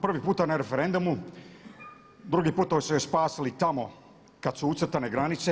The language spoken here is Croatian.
Prvi puta na referendumu, drugi puta su je spasili tamo kada su ucrtane granice.